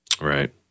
Right